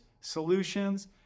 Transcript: solutions